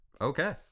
Okay